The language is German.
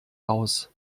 aus